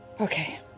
Okay